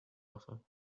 offer